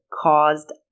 caused